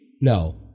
No